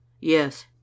Yes